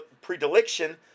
predilection